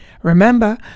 Remember